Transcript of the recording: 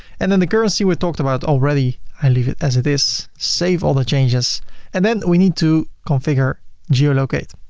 and then the currency, we've talked about it already. i leave it as it is. save all the changes and then we need to configure geo-locate.